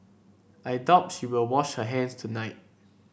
I doubt she will wash her hands tonight